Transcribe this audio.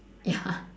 ya